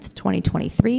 2023